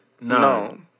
No